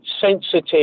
sensitive